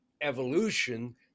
evolution